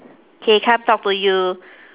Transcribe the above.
okay come talk to you